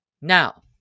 Now